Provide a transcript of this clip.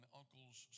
uncle's